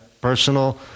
personal